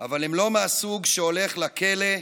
אבל הם לא מהסוג שהולך לכלא,